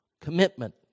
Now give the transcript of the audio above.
commitment